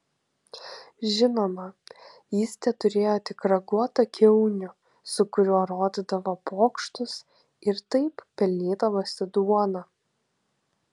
žinoma jis teturėjo tik raguotą kiaunių su kuriuo rodydavo pokštus ir taip pelnydavosi duoną